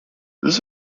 this